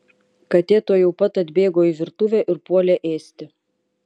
katė tuojau pat atbėgo į virtuvę ir puolė ėsti